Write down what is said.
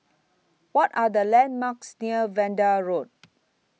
What Are The landmarks near Vanda Road